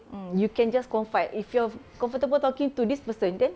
mm you can just confide if you're comfortable talking to this person then